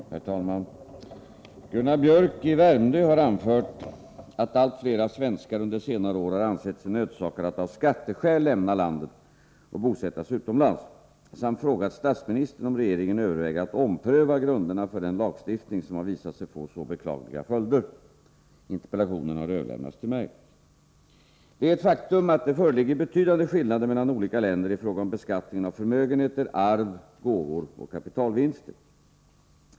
Herr talman! Gunnar Biörck i Värmdö har anfört att allt flera svenskar under senare år ha ansett sig nödsakade att av skatteskäl lämna landet och bosätta sig utomlands samt frågat statsministern om regeringen överväger att ompröva grunderna för den lagstiftning som har visat sig få så beklagliga följder. Interpellationen har överlämnats till mig. Det är ett faktum att det föreligger betydande skillnader mellan olika länder i fråga om beskattningen av förmögenheter, arv, gåvor och kapitalvinster.